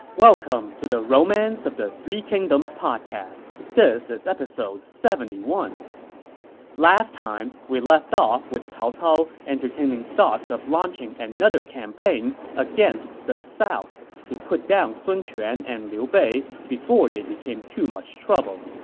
welcome to the romance of the three kingdoms podcast. this is episode seventy one point last time, we left off with cao cao entertaining thoughts of launching another campaign against the south to put down sun quan and liu bei before they became too much trouble.